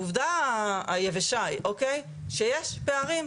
לעובדה היבשה, שיש פערים,